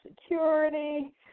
security